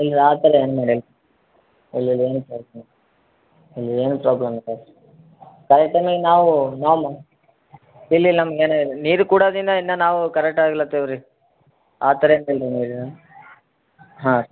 ಇಲ್ಲ ಆ ಥರ ಏನು ಮಾಡಲ್ಲ ಇಲ್ಲ ಏನೂ ಪ್ರಾಬ್ಲಮ್ ಇಲ್ಲ ರೀ ಕರೆಕ್ಟ್ ಟೈಮಿಗೆ ನಾವು ನಾನು ಇಲ್ಲಿ ನಮ್ಗೇನೆ ನೀರು ಕುಡಿಯೋದನ್ನ ಇನ್ನು ನಾವು ಕರೆಕ್ಟಾಗ್ಲತ್ತವ್ರೀ ಆ ಥರ ಏನಿಲ್ರಿ ಹಾಂ